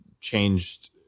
changed